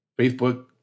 facebook